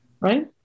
right